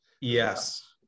Yes